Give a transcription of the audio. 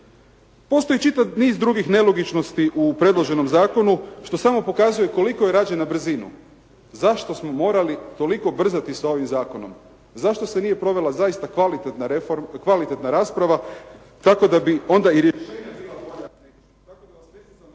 Postoji čitav niz drugih nelogičnosti u predloženom zakonu što samo pokazuje koliko je rađen na brzinu. Zašto smo morali toliko brzati sa ovim zakonom. Zašto se nije provela zaista kvalitetna rasprava tako da bi onda i …/Govornik